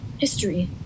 history